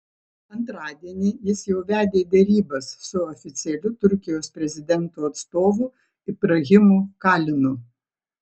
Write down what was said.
antradienį jis jau vedė derybas su oficialiu turkijos prezidento atstovu ibrahimu kalinu